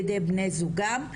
ע"י בני זוגם,